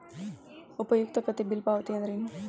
ಉಪಯುಕ್ತತೆ ಬಿಲ್ ಪಾವತಿ ಅಂದ್ರೇನು?